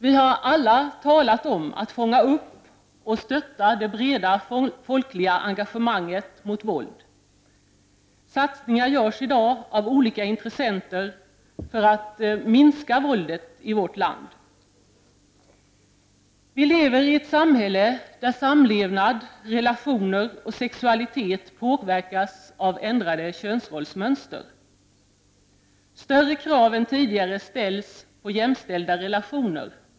Vi har alla talat om att fånga upp och stötta det breda folkliga engagemanget mot våld. Satsningar görs i dag av olika intressenter för att minska våldet i vårt land. Vi lever i ett samhälle där samlevnad, relationer och sexualitet påverkas av ändrade könsrollsmönster. Större krav än tidigare ställs på jämställda relationer.